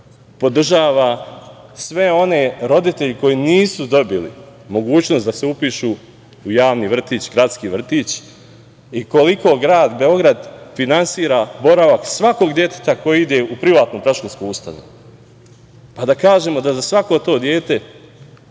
podržava sve one roditelje koji nisu dobili mogućnost da se upišu u javni vrtić, gradski vrtić i koliko grad Beograd finansira boravak svakog deteta koje ide u privatnu predškolsku ustanovu. Pa, da kažemo da za svako to dete